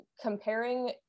comparing